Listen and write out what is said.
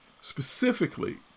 specifically